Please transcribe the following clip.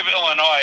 Illinois